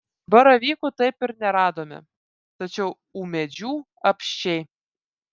baravykų taip ir neradome tačiau ūmėdžių apsčiai